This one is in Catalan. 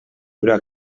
però